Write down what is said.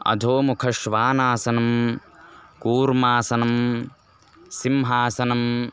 अधोमुखं श्वानासनं कूर्मासनं सिंहासनम्